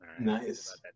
Nice